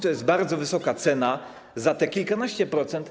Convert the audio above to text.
To jest bardzo wysoka cena za te kilkanaście procent.